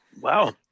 Wow